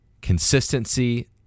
consistency